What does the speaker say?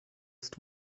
ist